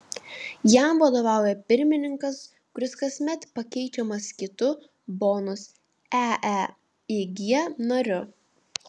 jam vadovauja pirmininkas kuris kasmet pakeičiamas kitu bonus eeig nariu